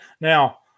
Now